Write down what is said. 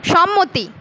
সম্মতি